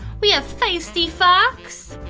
we have feisty fox,